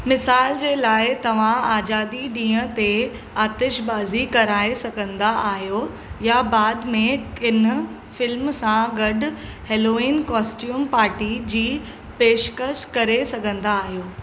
मिसाल जे लाइ तव्हां आज़ादी ॾींहं ते आतिशबाज़ी कराए सघंदा आहियो या बाद में किनि फ़िल्म सां गॾु हैलोवीन कॉस्ट्यूम पार्टी जी पेशिकशि करे सघंदा आहियो